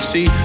See